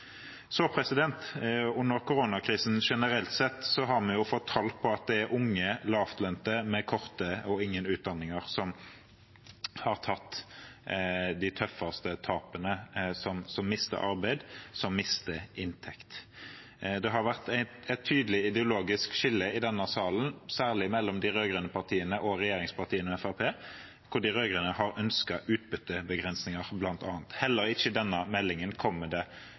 Under koronakrisen har vi fått tall på at det generelt sett er unge, lavtlønte med kort eller ingen utdanning som har hatt de tøffeste tapene, som mister arbeid og mister inntekt. Det har vært et tydelig ideologisk skille i denne salen, særlig mellom de rød-grønne partiene og regjeringspartiene med Fremskrittspartiet, hvor de rød-grønne bl.a. har ønsket utbyttebegrensninger. Heller ikke i denne meldingen kommer det